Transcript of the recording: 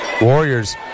Warriors